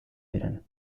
diren